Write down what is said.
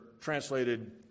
translated